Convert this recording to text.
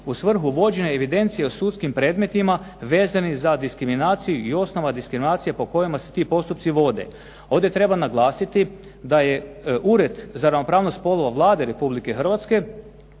u svrhu vođenja evidencije o sudskim predmetima vezanim za diskriminaciju i osnova diskriminacije po kojima se ti postupci vode. Ovdje treba naglasiti da je Ured za ravnopravnost spolova Vlade Republike Hrvatske